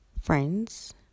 friends